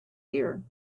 ear